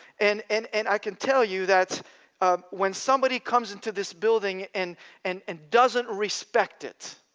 and and and i can tell you that when somebody comes into this building and and and doesn't respect it,